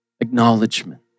acknowledgement